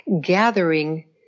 gathering